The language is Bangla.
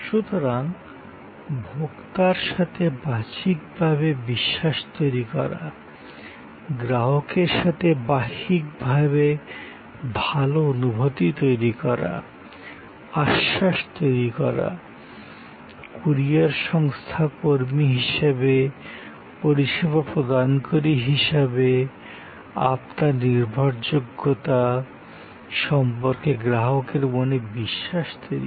সুতরাং ভোক্তার সাথে বাহ্যিকভাবে বিশ্বাসের সম্পর্ক তৈরী করা স তৈরি করা গ্রাহকের সাথে বাহ্যিকভাবে ভাল অনুভূতি তৈরি করা আশ্বাস তৈরি করা কুরিয়ার সংস্থা হিসাবে পরিষেবা প্রদানকারী হিসাবে আপনার নির্ভরযোগ্যতা সম্পর্কে গ্রাহকের মনে বিশ্বাস তৈরি করা